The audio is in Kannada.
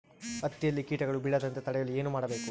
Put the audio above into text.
ಹತ್ತಿಯಲ್ಲಿ ಕೇಟಗಳು ಬೇಳದಂತೆ ತಡೆಯಲು ಏನು ಮಾಡಬೇಕು?